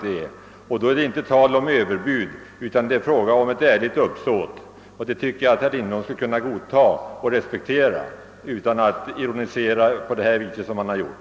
Därför är det inte tal om överbud, utan bara om ett ärligt uppsåt, och det tycker jag att herr Lindholm «skulle kunna godta och respektera utan att ironisera på det sätt som han har gjort.